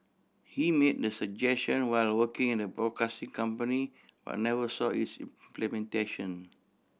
he made the suggestion while working in the broadcasting company but never saw its implementation